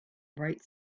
bright